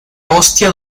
hostia